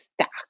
stock